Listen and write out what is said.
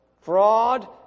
Fraud